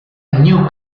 new